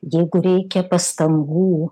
jeigu reikia pastangų